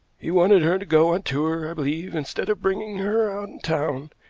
he wanted her to go on tour, i believe, instead of bringing her out in town,